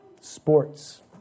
sports